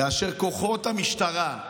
כאשר כוחות המשטרה,